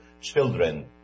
children